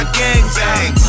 gangbang